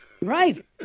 right